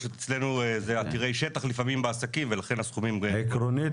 אצלנו בעסקים לפעמים זה עתירי שטח ולכן הסכומים --- עקרונית,